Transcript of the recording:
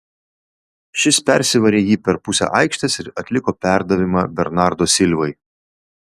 šis persivarė jį per pusę aikštės ir atliko perdavimą bernardo silvai